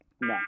No